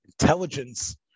intelligence